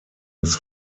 his